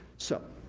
so,